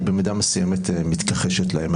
היא במידה מסוימת מתכחשת להם.